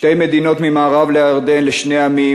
שתי מדינות ממערב לירדן לשני עמים,